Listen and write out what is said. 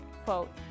quote